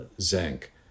zinc